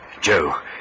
Joe